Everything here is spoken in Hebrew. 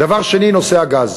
דבר שני, נושא הגז.